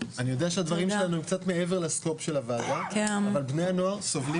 יודע שהדברים שלנו הם קצת מעבר לסקופ של הוועדה אבל בני הנוער סובלים